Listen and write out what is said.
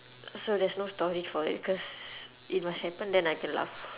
so there's no story for it cause it must happen then I can laugh